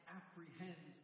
apprehend